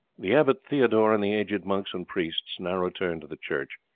the abbot theodore and the aged monks and priests now returned to the church,